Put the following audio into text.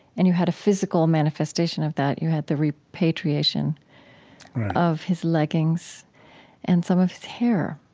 and you had a physical manifestation of that. you had the repatriation of his leggings and some of his hair.